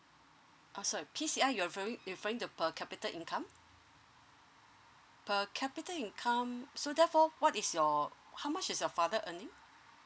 ah sorry P_C_I you're referring you're referring the per capita income per capita income so therefore what is your how much is your father earning